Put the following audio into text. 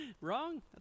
Wrong